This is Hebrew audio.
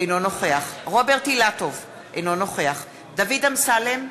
אינו נוכח רוברט אילטוב, אינו נוכח דוד אמסלם,